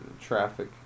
traffic